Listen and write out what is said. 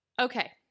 Okay